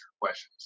questions